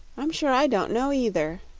i'm sure i don't know, either,